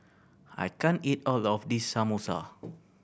I can't eat all of this Samosa